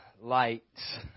lights